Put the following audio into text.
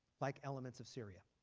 like elements of syria.